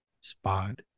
spot